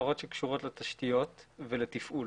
הפרות שקשורות לתשתיות ולתפעול.